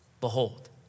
behold